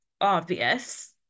obvious